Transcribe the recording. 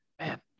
man